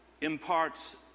imparts